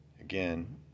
Again